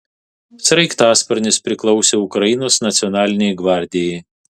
sraigtasparnis priklausė ukrainos nacionalinei gvardijai